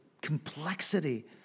complexity